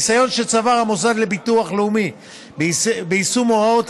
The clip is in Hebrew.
הניסיון שצבר המוסד לביטוח לאומי ביישום הוראות